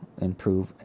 improve